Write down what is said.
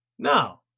No